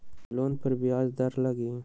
Loan पर ब्याज दर लगी?